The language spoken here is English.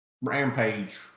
rampage